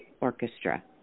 orchestra